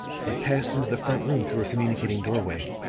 and passed into the front room through a communicating doorway.